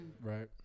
Right